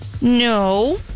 No